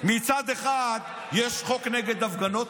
מצד אחד יש חוק נגד הפגנות,